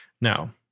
Now